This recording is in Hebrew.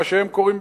מה שהם קוראים,